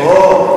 אוהו,